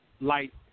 light